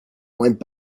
went